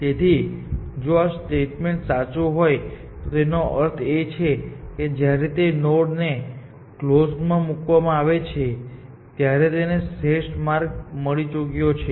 તેથી જો આ સ્ટેટમેન્ટ સાચું હોય તો તેનો અર્થ એ છે કે જ્યારે તે નોડ ને કલોઝ માં મુકવામાં આવે છે ત્યારે તેને શ્રેષ્ઠ માર્ગ મળી ચૂક્યો છે